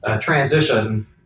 transition